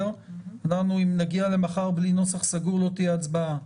אם נגיע למחר בלי נוסח סגור לא תהיה הצבעה.